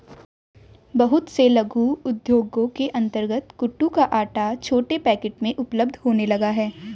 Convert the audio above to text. बहुत से लघु उद्योगों के अंतर्गत कूटू का आटा छोटे पैकेट में उपलब्ध होने लगा है